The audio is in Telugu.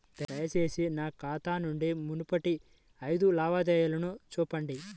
దయచేసి నా ఖాతా నుండి మునుపటి ఐదు లావాదేవీలను చూపండి